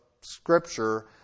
Scripture